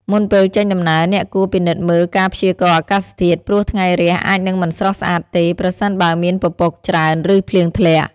មុនពេលចេញដំណើរ អ្នកគួរ ពិនិត្យមើលការព្យាករណ៍អាកាសធាតុ ព្រោះថ្ងៃរះអាចនឹងមិនស្រស់ស្អាតទេ ប្រសិនបើមានពពកច្រើន ឬភ្លៀងធ្លាក់។